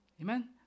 Amen